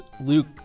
Luke